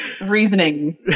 reasoning